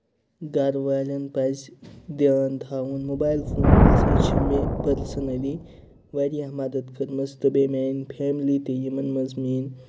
گرٕ والین پَزِ دیان تھاوُن موبایل فونن ہسا چھِ مےٚ پٔرسٔنٔلی واریاہ مَدتھ کٔرمٕژ تہٕ بیٚیہِ میٛانہِ فیملی تہِ یِمن منٛز میٛٲنۍ